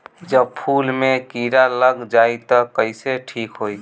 जब फूल मे किरा लग जाई त कइसे ठिक होई?